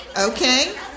Okay